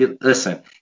Listen